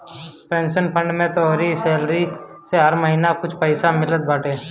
pension fund में तोहरी salary से हर महिना कुछ पईसा मिलत बाटे